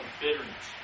bitterness